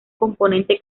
componente